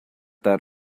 that